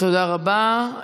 תודה רבה.